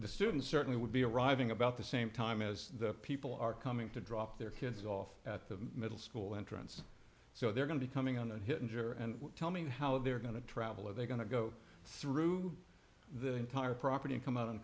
the students certainly would be arriving about the same time as the people are coming to drop their kids off at the middle school entrance so they're going to be coming on and hit injure and tell me how they're going to travel are they going to go through the entire property and come out